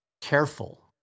careful